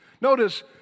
Notice